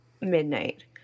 midnight